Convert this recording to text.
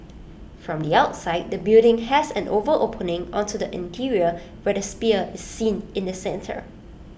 from the outside the building has an oval opening onto the interior where the sphere is seen in the centre